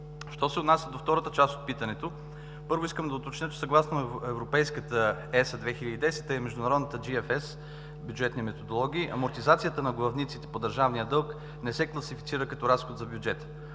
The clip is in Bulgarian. Що се отнася до втората част от питането – първо, искам да уточня, че съгласно ЕSA 2010 и международната GFS бюджетни методологии, амортизацията на главниците по държавния дълг не се класифицира като разход за бюджета.